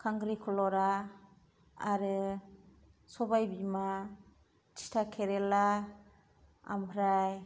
खांख्रि खलरा आरो सबायबिमा थिथा केरेला ओमफ्राय